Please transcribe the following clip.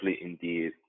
indeed